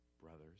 brothers